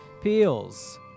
Peels